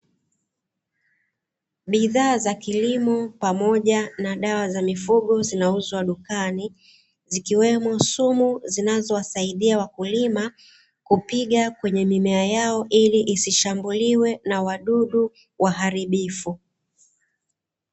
Bidhaa za kilimo pamoja na dawa za mifugo zinauzwa dukani zikiwemo sumu zinazowasaidia wakulima kupiga kwenye mimea yao ili isishambuliwe na wadudu waharibifu.